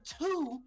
two